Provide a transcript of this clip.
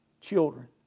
children